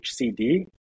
HCD